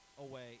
away